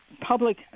public